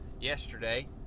yesterday